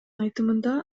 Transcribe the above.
айтымында